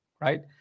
Right